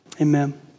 Amen